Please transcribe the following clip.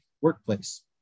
workplace